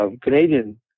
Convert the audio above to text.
Canadian